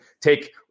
take